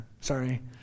sorry